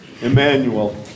Emmanuel